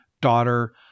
daughter